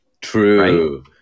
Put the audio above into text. True